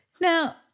Now